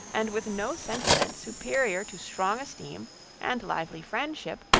and with no sentiment superior to strong esteem and lively friendship,